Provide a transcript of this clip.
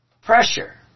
pressure